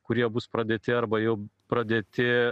kurie bus pradėti arba jau pradėti